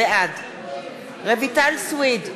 בעד רויטל סויד,